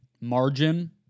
margin